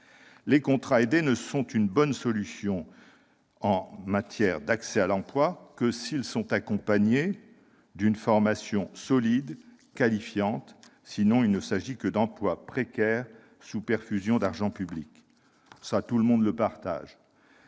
Les contrats aidés ne sont une bonne solution en matière d'accès à l'emploi que s'ils sont accompagnés d'une formation solide qualifiante. Sinon, il ne s'agit que d'emplois précaires sous perfusion d'argent public. Tout le monde partage